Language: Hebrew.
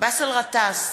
באסל גטאס,